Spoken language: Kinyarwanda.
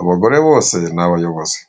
Abagore bose ni abayobozi.